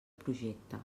projecte